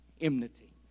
Enmity